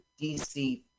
DC